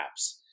apps